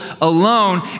alone